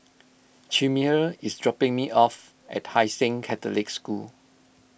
Chimere is dropping me off at Hai Sing Catholic School